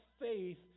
faith